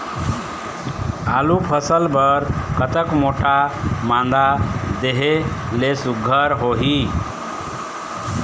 आलू फसल बर कतक मोटा मादा देहे ले सुघ्घर होही?